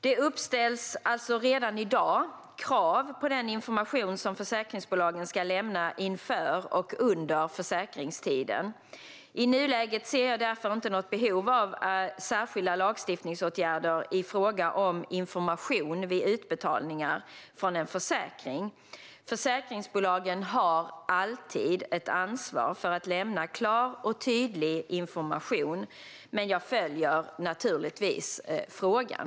Det uppställs alltså redan i dag krav på den information som försäkringsbolagen ska lämna inför och under försäkringstiden. I nuläget ser jag därför inte något behov av särskilda lagstiftningsåtgärder i fråga om information vid utbetalningar från en försäkring. Försäkringsbolagen har alltid ett ansvar för att lämna klar och tydlig information. Jag följer naturligtvis frågan.